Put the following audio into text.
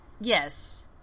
Yes